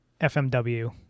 FMW